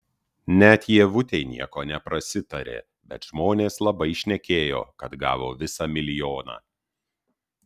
net ievutei nieko neprasitarė bet žmonės labai šnekėjo kad gavo visą milijoną